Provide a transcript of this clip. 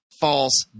false